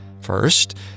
First